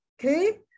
okay